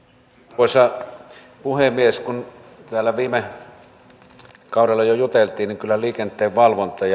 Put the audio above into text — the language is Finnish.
arvoisa puhemies kuten täällä viime kaudella jo juteltiin kyllä liikenteenvalvonnan